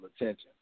attention